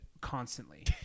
constantly